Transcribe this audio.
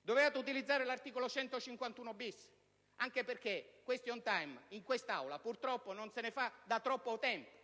dovevate utilizzare l'articolo 151-*bis*, anche perché *question time* in quest'Aula, purtroppo, non se ne fa da troppo tempo.